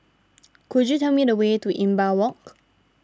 could you tell me the way to Imbiah Walk